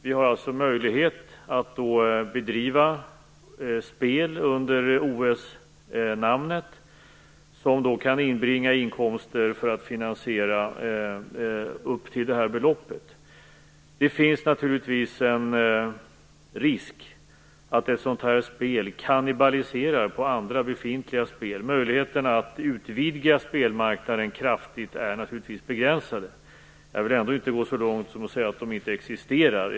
Vi har möjlighet att bedriva spel under OS-namnet som kan inbringa inkomster för att finansiera upp till detta belopp. Det finns naturligtvis en risk att ett sådant spel kannibaliserar på andra befintliga spel. Möjligheterna att utvidga spelmarknaden kraftigt är naturligtvis begränsade. Jag vill ändå inte gå så långt som att säga att de inte existerar.